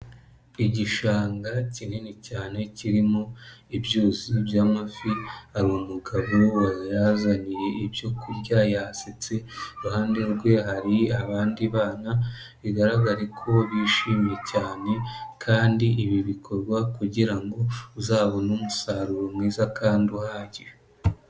Igishanga kinini cyane kirimo ibyuzi by'amafi, hari umugabo wayazaniye ibyo kurya yasetse, iruhande rwe hari abandi bana bigaragara ko bishimye cyane kandi ibi bikorwa kugira ngo uzabone umusaruro mwiza kandi uhagije.